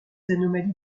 anomalies